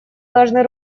должны